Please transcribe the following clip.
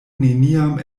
neniam